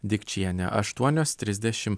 dikčienė aštuonios trisdešim